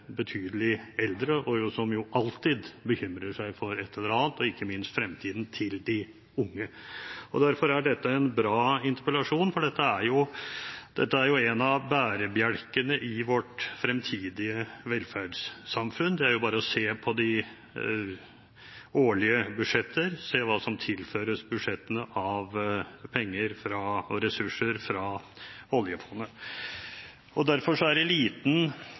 betydelig eldre, som jo alltid bekymrer oss for ett eller annet, ikke minst fremtiden til de unge. Derfor er dette en bra interpellasjon, for dette er en av bærebjelkene i vårt fremtidige velferdssamfunn. Det er bare å se på de årlige budsjetter og hva som tilføres budsjettene av penger og ressurser fra oljefondet. Derfor er det fra Høyres side liten